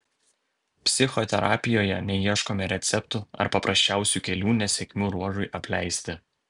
psichoterapijoje neieškome receptų ar paprasčiausių kelių nesėkmių ruožui apleisti